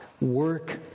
work